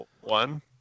one